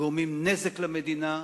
גורמים נזק למדינה,